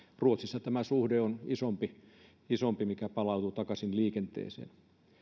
ruotsissa on isompi tämä suhde mikä palautuu takaisin liikenteeseen